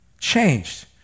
Changed